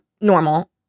normal